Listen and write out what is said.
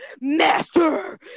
Master